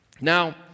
Now